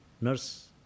Nurse